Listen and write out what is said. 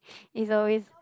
it's always